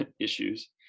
issues